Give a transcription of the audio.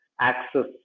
access